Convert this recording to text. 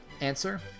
Answer